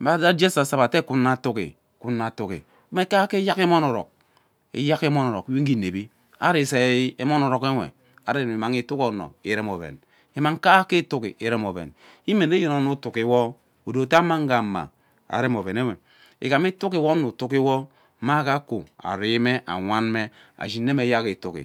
ama ari ije esasa ebe ano ama ari ije esasa ebe ete kwuna atigi kwune atigi mme kaeke eyak emon nok eyak eman orok we ngee inevi ari izei emono orok ekwe ari immang itigi ono irem oven immang itigi ono irem oven immang kaeke itigi irem oven imene yene ono itigi odo ete amma nagama arem ovenewe igham itigi we ono itigi wo maugha akwu arime awanme ashin nne eyak itigi.